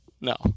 No